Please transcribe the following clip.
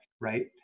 right